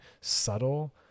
subtle